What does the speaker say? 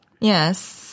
yes